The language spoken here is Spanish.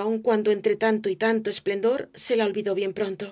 aun cuando entre tanto y tanto esplendor se la olvidó bien pronto